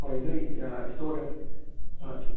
ꯍꯣꯏ ꯅꯣꯏ ꯏꯁꯇꯣꯔꯗ